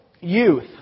youth